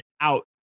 out